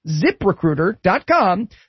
ZipRecruiter.com